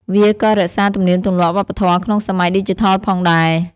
វាក៏រក្សាទំនៀមទម្លាប់វប្បធម៌ក្នុងសម័យឌីជីថលផងដែរ។